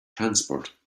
transport